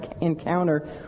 encounter